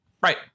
Right